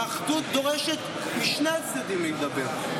האחדות דורשת משני הצדדים להידבר,